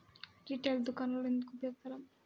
Retail దుకాణాలు ఎందుకు ఉపయోగకరం?